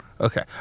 Okay